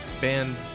band